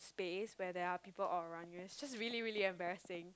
space where there are people all around you it's just really really embarrassing